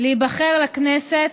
להיבחר לכנסת,